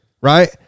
right